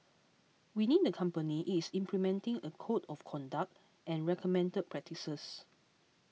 within the company is implementing a code of conduct and recommended practices